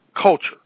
culture